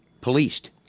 policed